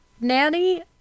nanny